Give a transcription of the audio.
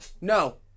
No